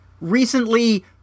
Recently